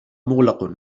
مغلق